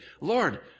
Lord